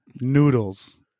Noodles